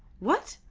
what?